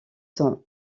sont